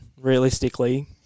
realistically